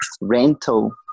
rental